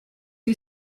who